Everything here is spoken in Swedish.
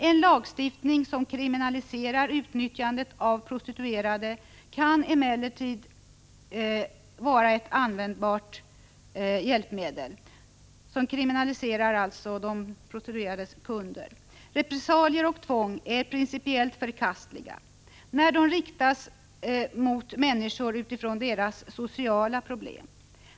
En lagstiftning, som kriminaliserar utnyttjandet av prostituerade, kan emellertid vara ett användbart hjälpmedel. Repressalier och tvång är principiellt förkastliga, när de riktas mot människor utifrån deras sociala problem.